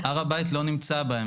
הר הבית לא נמצא בהם.